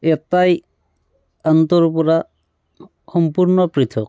এটাই আনটোৰ পৰা সম্পূৰ্ণ পৃথক